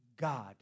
God